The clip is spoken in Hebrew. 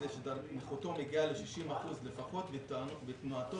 זה שנכותו מגיעה ל-60% לפחות בתנועתו